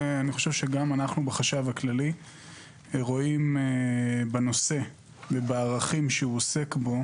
גם אנחנו בחשב הכללי חושבים שהנושא והערכים שהוא עוסק בהם